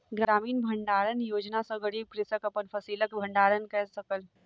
ग्रामीण भण्डारण योजना सॅ गरीब कृषक अपन फसिलक भण्डारण कय सकल